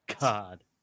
god